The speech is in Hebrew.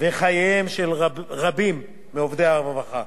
וחייהם של רבים מעובדי הרווחה,